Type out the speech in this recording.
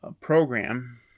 program